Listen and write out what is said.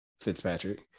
Fitzpatrick